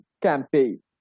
campaign